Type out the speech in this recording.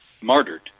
martyred